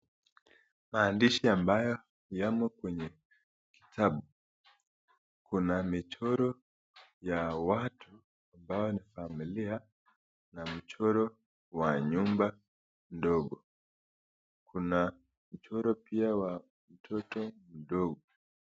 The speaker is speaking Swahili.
Maandishi ambayo yamo kwenye kitabu, kuna michoro ya watu ambao ni familia, kuna michoro wa nyumba ndogo, kuna mchoro pia wa mtoto mdogo.